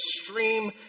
extreme